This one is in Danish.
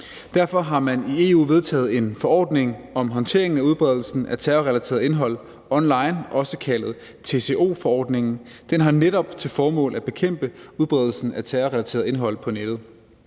Derfor har man i EU vedtaget en forordning om håndteringen af udbredelsen af terrorrelateret indhold online, også kaldet TCO-forordningen. Den har netop til formål at bekæmpe udbredelsen af terrorrelateret indhold på nettet.